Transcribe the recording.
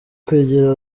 kwegera